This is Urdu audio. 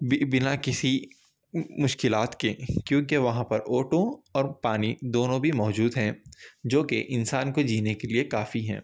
بھی بنا کسی مشکلات کے کیونکہ وہاں پر او ٹو اور پانی دونوں بھی موجود ہیں جو کہ انسان کو جینے کے لیے کافی ہیں